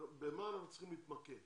אנחנו צריכים להתמקד